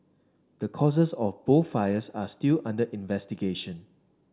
the causes of both fires are still under investigation